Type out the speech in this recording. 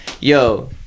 yo